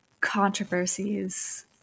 controversies